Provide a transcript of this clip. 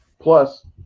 plus